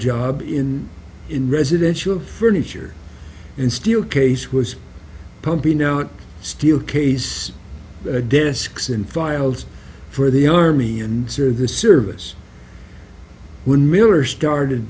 job in in residential furniture and steel case was pumping out steel case desks and files for the army and so the service when miller started